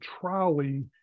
trolley